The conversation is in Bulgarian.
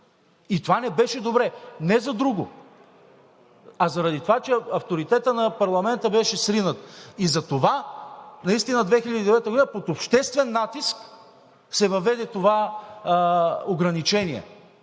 И това не беше добре – не за друго, а заради това, че авторитетът на парламента беше сринат. И затова наистина през 2009 г. под обществен натиск се въведе това ограничение.